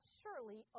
surely